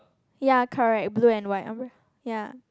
ya correct blue and white umbrella ya